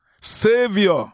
Savior